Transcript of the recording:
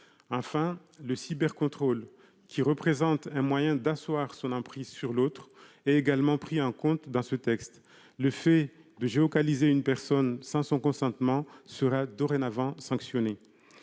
Le cybercontrôle, qui représente un moyen d'asseoir son emprise sur l'autre, est également pris en compte dans ce texte : le fait de géolocaliser une personne sans son consentement sera dorénavant sanctionné.